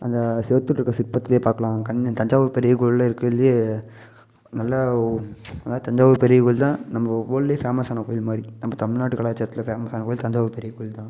அந்த செவத்துல இருக்க சிற்பத்துலேயே பார்க்கலாம் கண் தஞ்சாவூர் பெரிய கோவிலில் இருக்கறதுலேயே நல்லா ஓ நல்லா தஞ்சாவூர் பெரிய கோயில் தான் நம்ம வேல்டுலியே ஃபேமஸான கோயில் மாதிரி நம்ம தமிழ்நாட்டு கலாச்சாரத்தில் ஃபேமஸான கோயில் தஞ்சாவூர் பெரிய கோயில் தான்